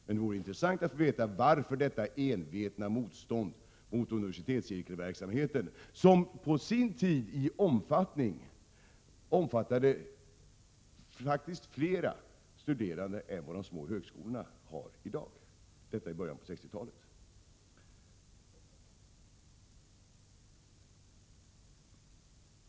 Men det vore intressant att veta varför man gör detta envetna motstånd mot universitetscirkelverksamheten, som på sin tid — i början av 1960-talet — faktiskt omfattade fler studerande än vad de små högskolorna har i dag.